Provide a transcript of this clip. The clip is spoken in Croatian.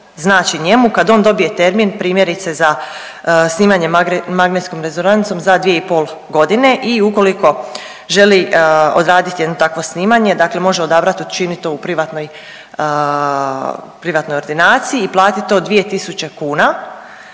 znači njemu kad on dobije termin primjerice za snimanje magnetskom rezonancom za dvije i pol godine i ukoliko želi odraditi jedno takvo snimanje, dakle može odabrati učiniti to u privatnoj ordinaciji i platiti to 2000 kuna,